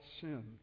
sin